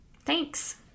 Thanks